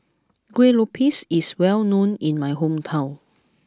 Kuih Lopes is well known in my hometown